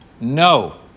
No